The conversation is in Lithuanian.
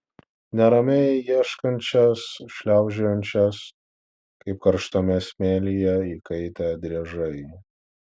neramiai ieškančias šliaužiojančias kaip karštame smėlyje įkaitę driežai